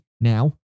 now